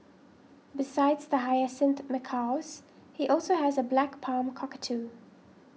besides the hyacinth macaws he also has a black palm cockatoo